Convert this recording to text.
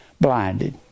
blinded